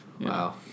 Wow